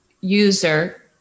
user